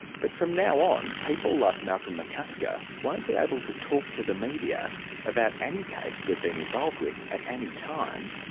but from now on, people like malcolm mccusker won't be able to talk to the media about any case they've been involved with, at any time,